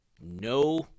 no